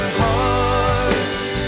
hearts